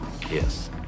yes